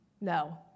No